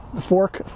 the fork.